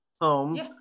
home